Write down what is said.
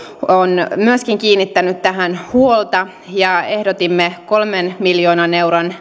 on kiinnittänyt tähän huomiota ja ehdotimme kolmen miljoonan euron